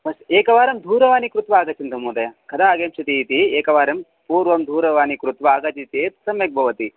अस् एकवारं दूरवाणीं कृत्वा आगच्छन्तु महोदय कदा आगमिष्यति इति एकवारं पूर्वं दूरवाणीं कृत्वा आगच्छति चेत् सम्यक् भवति